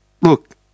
Look